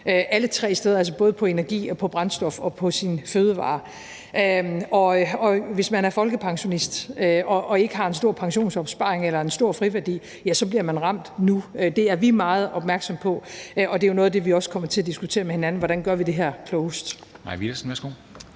alle tre steder, altså både på energi, på brændstof og på sine fødevarer. Hvis man er folkepensionist og ikke har en stor pensionsopsparing eller en stor friværdi, bliver man ramt nu. Det er vi meget opmærksomme på, og noget af det, vi også kommer til at diskutere med hinanden, er jo, hvordan vi gør det her klogest. Kl.